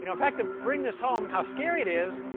you know fact, to bring this home how scary it is,